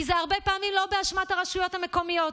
כי זה הרבה פעמים לא באשמת הרשויות המקומיות.